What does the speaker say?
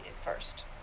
first